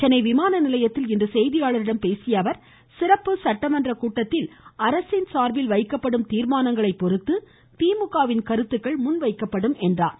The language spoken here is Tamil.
சென்னை விமான நிலையத்தில் இன்று செய்தியாளர்களிடம் பேசிய அவர் சிறப்பு சட்டமன்ற கூட்டத்தில் அரசின் சார்பில் வைக்கப்படும் தீர்மானங்களை பொறுத்து திமுக வின் கருத்துக்கள் முன்வைக்கப்படும் என்றார்